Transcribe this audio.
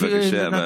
בבקשה,